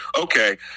okay